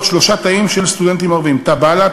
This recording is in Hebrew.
שלושה תאים של סטודנטים ערבים: תא בל"ד,